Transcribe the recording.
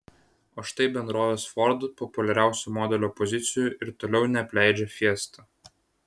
o štai bendrovės ford populiariausio modelio pozicijų ir toliau neapleidžia fiesta